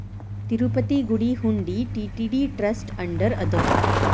ತಿರುಪತಿ ಗುಡಿ ಹುಂಡಿ TTD trust under ಅದ